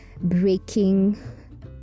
breaking